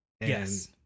Yes